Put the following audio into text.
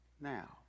now